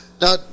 Now